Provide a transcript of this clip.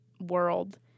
world